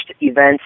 events